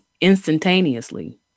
instantaneously